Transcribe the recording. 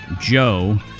Joe